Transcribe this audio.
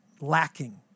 lacking